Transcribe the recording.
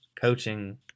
coaching